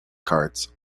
cards